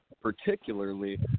particularly